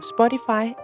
Spotify